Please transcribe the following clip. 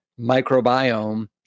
microbiome